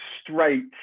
straight